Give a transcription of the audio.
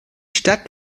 stadt